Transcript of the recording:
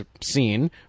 scene